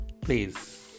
please